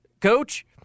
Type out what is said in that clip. Coach